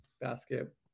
basket